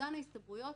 "מאזן ההסתברויות",